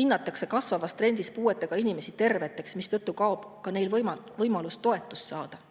hinnatakse kasvavas trendis puudega inimesi terveteks, mistõttu kaob ka neil võimalus toetust saada.